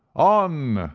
on,